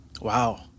Wow